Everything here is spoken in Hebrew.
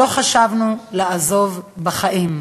לא חשבנו לעזוב בחיים.